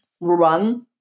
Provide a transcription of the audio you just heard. Run